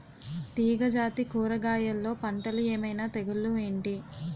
తీగ జాతి కూరగయల్లో పంటలు ఏమైన తెగులు ఏంటి?